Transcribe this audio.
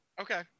Okay